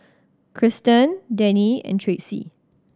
Krysten Denny and Tracy